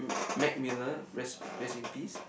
Mac-Miller rest rest in peace